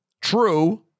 True